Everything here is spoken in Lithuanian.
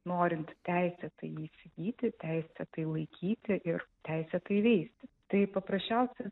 norint teisėtai įsigyti teisėtai laikyti ir teisėtai veisti tai paprasčiausias